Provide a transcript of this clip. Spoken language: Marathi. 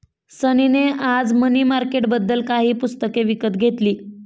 सनी ने आज मनी मार्केटबद्दल काही पुस्तके विकत घेतली